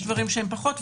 יש דברים שהם פחות.